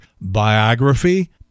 biography